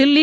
Delhi